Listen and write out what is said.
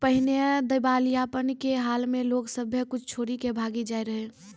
पहिने दिबालियापन के हाल मे लोग सभ्भे कुछो छोरी के भागी जाय रहै